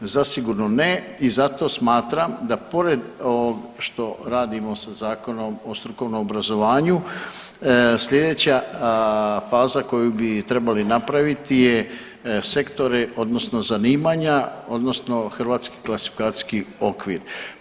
Zasigurno ne i zato smatram da pored što radimo sa Zakonom o strukovnom obrazovanju sljedeća faza koju bi trebali napraviti je sektori, odnosno zanimanja, odnosno hrvatski klasifikacijski okvir.